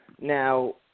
Now